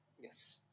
Yes